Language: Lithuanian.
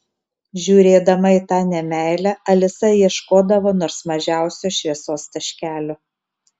žiūrėdama į tą nemeilę alisa ieškodavo nors mažiausio šviesos taškelio